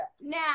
now